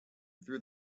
through